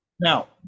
Now